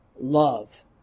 love